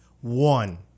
One